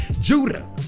Judah